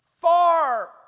Far